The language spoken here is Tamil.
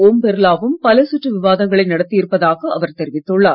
ஓம் பிர்லாவும் பல சுற்று விவாதங்களை நடத்தி இருப்பதாக அவர் தெரிவித்துள்ளார்